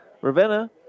Ravenna